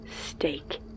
steak